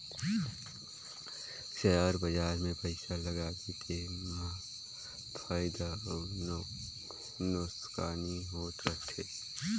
share बजार मे पइसा लगाबे तेमा फएदा अउ नोसकानी होत रहथे